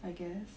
I guess